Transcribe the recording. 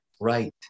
Right